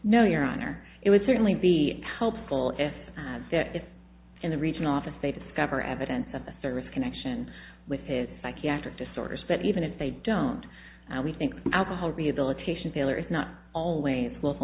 no your honor it would certainly be helpful if it's in the regional office they discover evidence of the service connection with his psychiatric disorders but even if they don't we think alcohol rehabilitation failure is not always